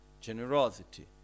generosity